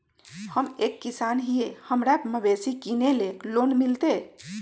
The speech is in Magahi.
हम एक किसान हिए हमरा मवेसी किनैले लोन मिलतै?